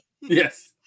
Yes